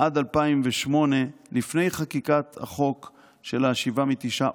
עד 2008 לפני חקיקת החוק של השבעה מהתשעה,